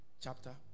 chapter